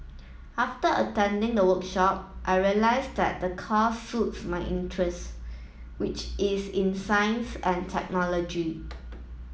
after attending the workshop I realised that the course suits my interest which is in science and technology